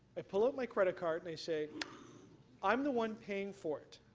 i pull out my credit card and say i'm the one paying for it,